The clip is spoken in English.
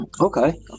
Okay